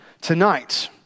Tonight